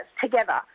together